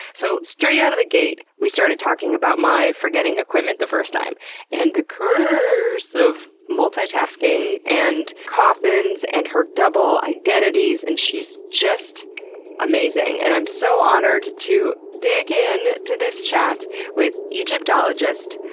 so, straight out of the gate we started talking about my forgetting equipment the first time and the cuuuuurse of multitasking, and coffins, and her double identities. and she's just amazing and i am so honored to dig in to this chat with egyptologist,